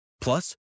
Plus